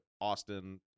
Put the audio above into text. Austin